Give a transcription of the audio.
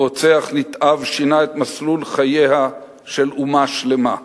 שבו רוצח נתעב שינה את מסלול חייה של אומה שלמה.